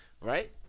Right